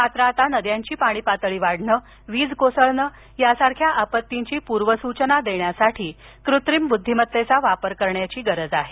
मात्र आता नद्यांची पाणी पातळी वाढणं वीज कोसळणं यासारख्या आपत्तींची पूर्वसूचना देण्यासाठी कृत्रिम ब्रद्धिमत्तेचा वापर करण्याची गरज आहे